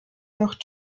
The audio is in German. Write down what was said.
noch